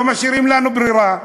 לא משאירים לנו ברירה,